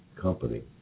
company